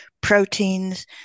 proteins